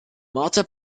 malta